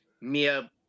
Mia